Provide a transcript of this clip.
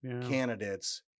candidates